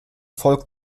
folk